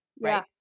right